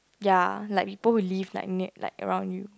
ya like people who live like nea~ like around you